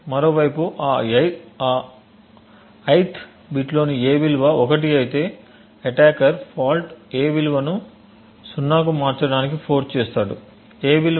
మరోవైపు ఆ ith బిట్లోని a విలువ 1 అయితే అటాకర్ ఫాల్ట్ a విలువను 0 కు మార్చడానికి ఫోర్స్ చేస్తాడు